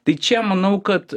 tai čia manau kad